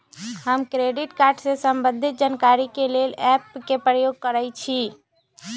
हम credit card से संबंधित जानकारी के लेल एप के प्रयोग करइछि